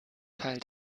teil